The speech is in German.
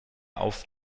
auf